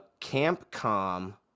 Campcom